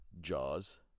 Jaws